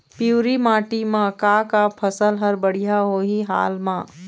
पिवरी माटी म का का फसल हर बढ़िया होही हाल मा?